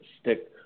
stick